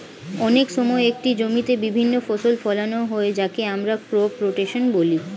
অনেক সময় একটি জমিতে বিভিন্ন ফসল ফোলানো হয় যাকে আমরা ক্রপ রোটেশন বলি